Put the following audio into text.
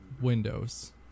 Windows